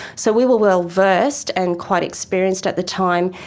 so we were well versed and quite experienced at the time,